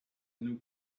new